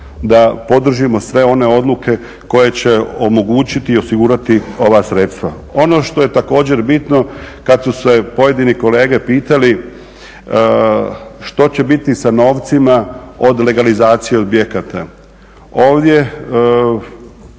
da podržimo sve one odluke koje će omogućiti i osigurati ova sredstva. Ono što je također bitno, kad su se pojedini kolege pitali što će biti sa novcima od legalizacije objekata? Ovdje